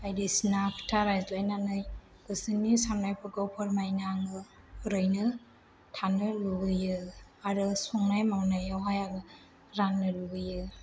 बायदिसिना खोथा रायज्लायनानै गोसोनि साननायफोरखौ फोरमायनो आङो ओरैनो थानो लुबैयो आरो संनाय मावनायाव हाय आं राननो लुबैयो